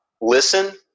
Listen